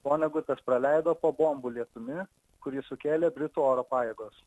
vonegutas praleido po bombų lietumi kurį sukėlė britų oro pajėgos